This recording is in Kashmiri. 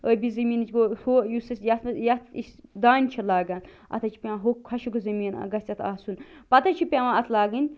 أبی زٔمیٖنٕچۍ گوٚو ہُو یُس أسۍ یَتھ یَتھ أسۍ دانہِ چھِ لاگان اَتھ حظ چھُ پیٚوان ہوٚکھ خوشک ٲں زٔمیٖن گَژھہِ اَتھ آسُن پتہٕ حظ چھِ پیٚوان اَتھ لاگٕنۍ